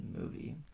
movie